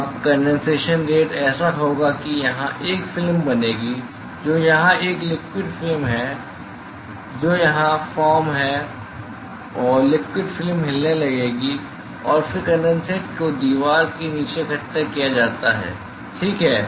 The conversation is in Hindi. अब कंडेनसेशन रेट ऐसा होगा कि यहां एक फिल्म बनेगी जो यहां एक लिक्विड फिल्म है जो यहां फॉर्म है और लिक्विड फिल्म हिलने लगेगी और फिर कंडेनसेट को दीवार के नीचे इकट्ठा किया जाता है ठीक है